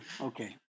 okay